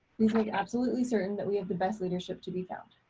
please make absolutely certain that we have the best leadership to be found.